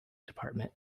department